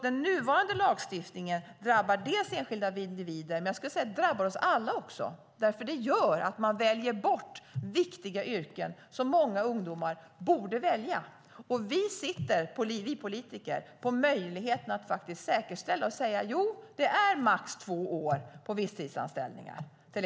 Den nuvarande lagstiftningen drabbar enskilda individer, men jag vill säga att den samtidigt drabbar oss alla. Ungdomarna väljer nämligen bort viktiga yrken, sådana som de borde välja. Vi politiker sitter på möjligheten att säkerställa detta genom att säga att ja, det är max två år, eller tre år, på visstidsanställningar.